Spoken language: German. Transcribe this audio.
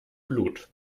blut